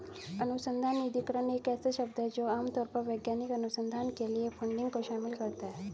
अनुसंधान निधिकरण ऐसा शब्द है जो आम तौर पर वैज्ञानिक अनुसंधान के लिए फंडिंग को शामिल करता है